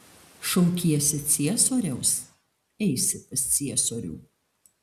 šaukiesi ciesoriaus eisi pas ciesorių